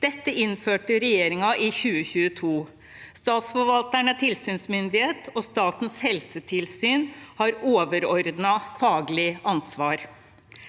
Dette innførte regjeringen i 2022. Statsforvalteren er tilsynsmyndighet, og Statens helsetilsyn har overordnet faglig ansvar.